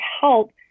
help